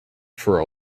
for